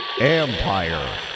Empire